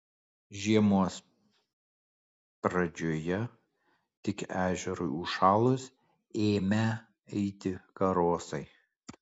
žiemos pradžioje tik ežerui užšalus ėmę eiti karosai